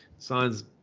Signs